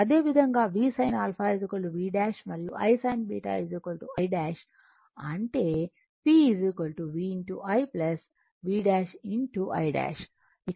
అదేవిధంగా V sin α V 'మరియు I sin β I ' అంటే P V I V ' I'